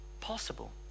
Possible